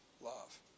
love